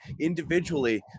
individually